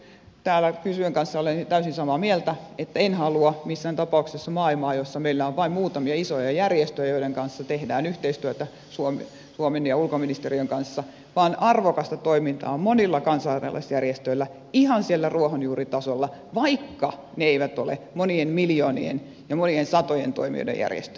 täällä kysyjän kanssa olen täysin samaa mieltä että en halua missään tapauksessa maailmaa jossa meillä on vain muutamia isoja järjestöjä joiden kanssa tehdään yhteistyötä suomen ja ulkoministeriön kanssa vaan arvokasta toimintaa on monilla kansalaisjärjestöillä ihan siellä ruohonjuuritasolla vaikka ne eivät ole monien miljoonien ja monien satojen toimijoiden järjestöjä